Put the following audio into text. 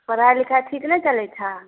पढ़ाइ लिखाइ ठीक नहि चलैत छह